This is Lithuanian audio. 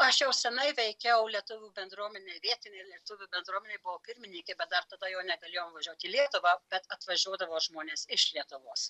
aš jau senai veikiau lietuvių bendruomenėj vietinėj lietuvių bendruomenėj buvau pirmininkė bet dar tada jau negalėjom važiuot į lietuvą kad atvažiuodavo žmonės iš lietuvos